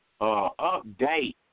update